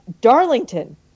Darlington